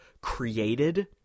created